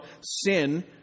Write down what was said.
sin